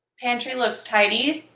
pantry looks tidy,